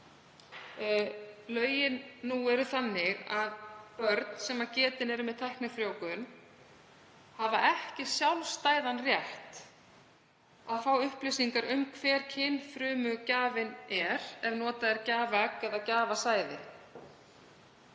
Lögin nú eru þannig að börn sem getin eru með tæknifrjóvgun hafa ekki sjálfstæðan rétt á að fá upplýsingar um hver kynfrumugjafinn er ef notað er gjafaegg eða gjafasæði.